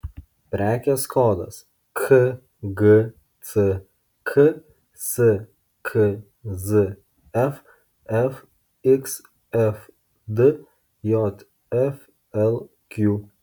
prekės kodas kgck skzf fxfd jflq